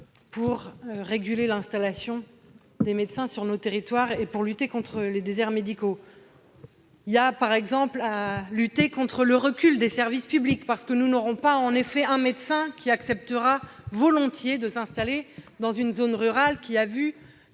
pour réguler l'installation des médecins sur notre territoire et lutter contre les déserts médicaux. Il faut par exemple lutter contre le recul des services publics. En effet, aucun médecin n'acceptera volontiers de s'installer dans une zone rurale qui a vu